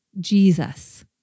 Jesus